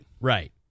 Right